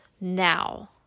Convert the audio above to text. now